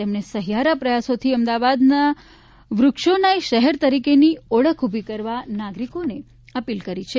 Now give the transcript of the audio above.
તેમણે સહિયારા પ્રયાસોથી અમદાવાદના વ્રક્ષોના શહેર તરીકેની ઓળખ ઊભી કરવા નાગરિકોને અપીલ કરી છે